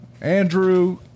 andrew